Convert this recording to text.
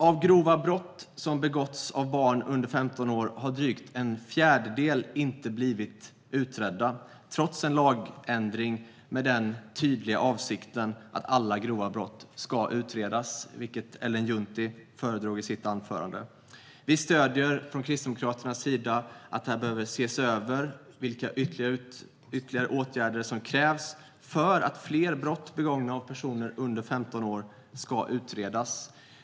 Av grova brott som begåtts av barn under 15 år har drygt en fjärdedel inte blivit utredda, trots en lagändring med den tydliga avsikten att alla grova brott ska utredas, vilket Ellen Juntti föredrog i sitt anförande. Kristdemokraterna stöder att det behöver ses över vilka ytterligare åtgärder som krävs för att fler brott begångna av personer under 15 år ska utredas.